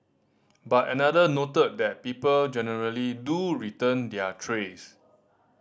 but another noted that people generally do return their trays